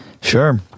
Sure